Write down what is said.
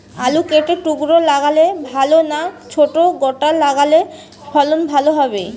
আলু কেটে টুকরো লাগালে ভাল না ছোট গোটা লাগালে ফলন ভালো হবে?